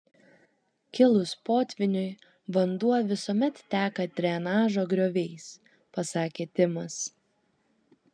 kilus potvyniui vanduo visuomet teka drenažo grioviais pasakė timas